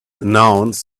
announced